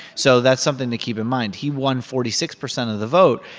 so that's something to keep in mind. he won forty six percent of the vote.